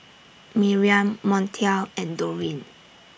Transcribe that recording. Miriam Montel and Dorine